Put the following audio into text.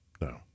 no